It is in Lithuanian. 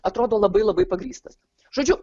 atrodo labai labai pagrįstas žodžiu